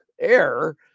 air